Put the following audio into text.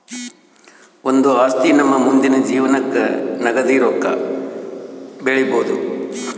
ಒಂದು ಆಸ್ತಿ ನಮ್ಮ ಮುಂದಿನ ಜೀವನಕ್ಕ ನಗದಿ ರೊಕ್ಕ ಬೆಳಿಬೊದು